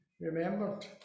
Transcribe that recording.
remembered